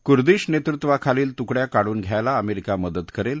Kurdish नेतृत्वाखालील तुकडया काढून घ्यायला अमेरिका मदत करेल